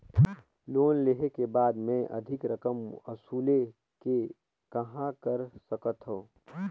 Loan लेहे के बाद मे अधिक रकम वसूले के कहां कर सकथव?